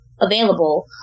available